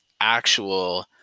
actual